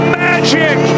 magic